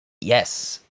yes